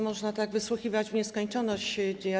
Można tego wysłuchiwać w nieskończoność.